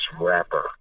rapper